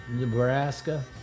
Nebraska